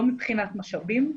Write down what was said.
לא מבחינת משאבים,